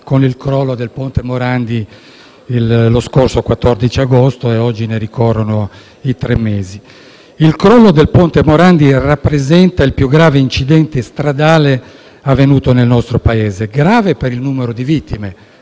con il crollo del ponte Morandi lo scorso 14 agosto, data di cui oggi ricorrono i tre mesi. Il crollo del ponte Morandi rappresenta il più grave incidente stradale avvenuto nel nostro Paese: grave per il numero di vittime,